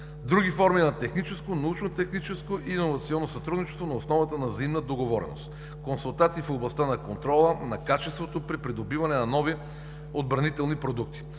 други форми на техническо, научно-техническо и иновационно сътрудничество на основата на взаимна договореност; консултации в областта на контрола, на качеството при придобиване на нови отбранителни продукти.